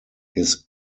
his